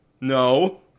No